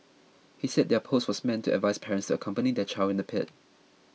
he said their post was meant to advise parents accompany their child in the pit